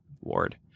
Ward